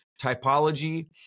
typology